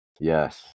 Yes